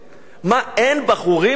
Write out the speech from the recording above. מה, אין בחורים שלנו?